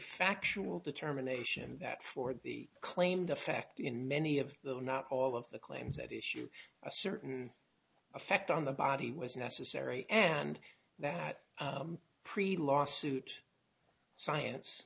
factual determination that for the claimed effect in many of the not all of the claims at issue a certain effect on the body was necessary and that predate suit science